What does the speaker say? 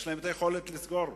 יש להם היכולת לסגור,